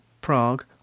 Prague